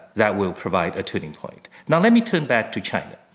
that will provide a turning point. now, let me turn back to china.